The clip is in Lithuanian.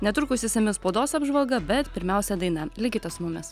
netrukus išsami spaudos apžvalga bet pirmiausia daina likite su mumis